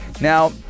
Now